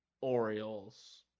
Orioles